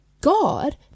God